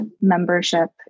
membership